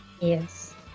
Yes